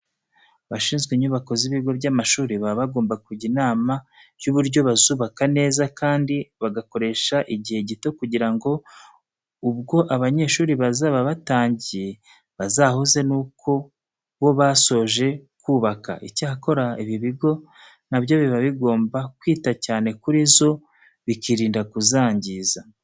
Abashinzwe inyubako z'ibigo by'amashuri, baba bagomba kujya inama y'uburyo bazubaka neza kandi bagakoresha igihe gito kugira ngo ubwo abanyeshuri bazaba batangiye bazahuze nuko bo basoje kubaka. Icyakora, ibi bigo na byo biba bigomba kwita cyane kuri zo bikirinda kuzangiza.